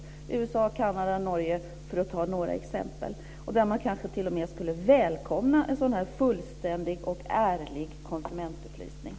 Det gäller USA, Kanada och Norge, för att ta några exempel. Man skulle kanske t.o.m. välkomna en fullständig och ärlig konsumentupplysning.